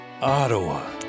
Ottawa